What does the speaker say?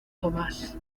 tomás